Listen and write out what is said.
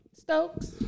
Stokes